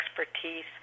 expertise